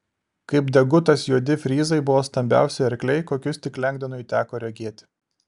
kaip degutas juodi fryzai buvo stambiausi arkliai kokius tik lengdonui teko regėti